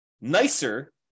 nicer